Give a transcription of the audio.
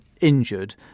injured